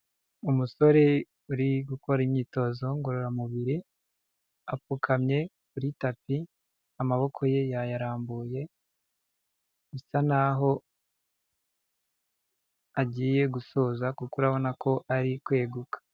Umusore uri gukora imyitozo ngororamubiri apfukamye kuri tapi, amaboko ye yayarambuye bisa n'aho agiye gusoza kuko urabona ko ari kweguka.